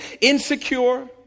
insecure